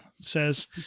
says